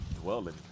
dwelling